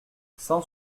cent